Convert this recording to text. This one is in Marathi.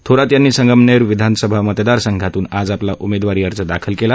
थोरात यांनी संगमनेर विधानसभा मतदार संघातून आज आपला उमेदवारी अर्ज दाखल केला